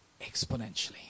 exponentially